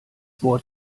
wort